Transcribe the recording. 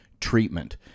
treatment